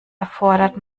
erfordert